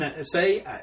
say